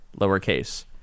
lowercase